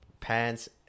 Pants